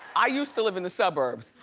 i used to live in the suburbs.